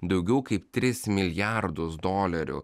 daugiau kaip tris milijardus dolerių